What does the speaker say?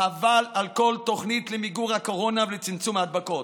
חבל על כל תוכנית למיגור הקורונה ולצמצום ההדבקות.